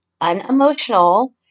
unemotional